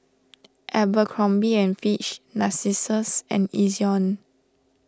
Abercrombie and Fitch Narcissus and Ezion